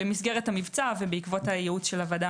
במסגרת המבצע ובעקבות הייעוץ של הוועדה